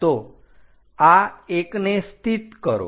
તો આ 1 ને સ્થિત કરો